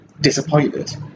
disappointed